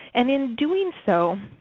and in doing so,